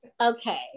okay